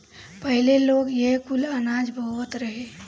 पहिले लोग इहे कुल अनाज बोअत रहे